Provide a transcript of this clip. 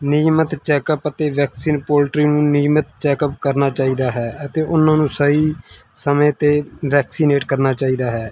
ਨਿਯਮਤ check up ਅਤੇ vaccine poultry ਨੂੰ ਨਿਯਮਤ ਚੈੱਕ ਅਪ ਕਰਨਾ ਚਾਹੀਦਾ ਹੈ ਅਤੇ ਉਹਨਾਂ ਨੂੰ ਸਹੀ ਸਮੇਂ 'ਤੇ ਵੈਕਸੀਨੇਟ ਕਰਨਾ ਚਾਹੀਦਾ ਹੈ